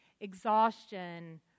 exhaustion